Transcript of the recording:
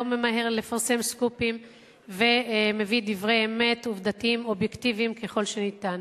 לא ממהר לפרסם סקופים ומביא דברי אמת עובדתיים אובייקטיביים ככל שניתן.